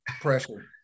Pressure